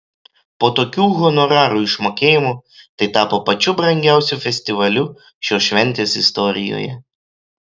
po tokių honorarų išmokėjimo tai tapo pačiu brangiausiu festivaliu šios šventės istorijoje